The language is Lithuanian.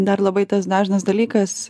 dar labai tas dažnas dalykas